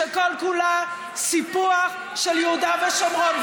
שכל-כולה סיפוח של יהודה ושומרון.